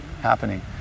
happening